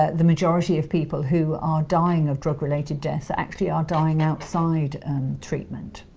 ah the majority of people who are dying of drug-related deaths actually are dying outside treatment.